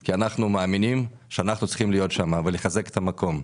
כי אנחנו מאמינים שאנחנו צריכים להיות שם ולחזק את המקום.